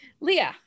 leah